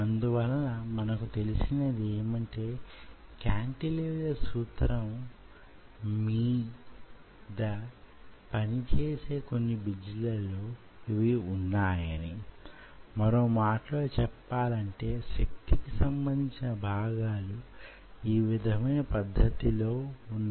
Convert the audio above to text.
అందువలన మనం యీ రెండు తరగతులలో ను నేర్చుకున్నది అధునాతన మైక్రో ఫ్యాబ్రికేషన్ టెక్నాలజీ ని ఉపయోగించడం ఎలా అనే విషయాన్ని